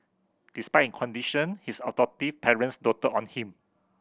despite in conditions his adoptive parents doted on him